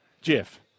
Jeff